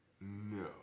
No